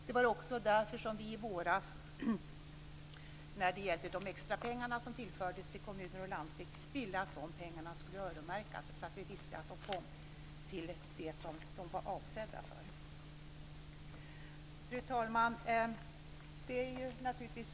Det var också därför som vi i våras ville att de extra pengar som tillfördes kommuner och landsting skulle öronmärkas, så att vi visste att de användes till det som de var avsedda för. Fru talman!